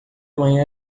manhã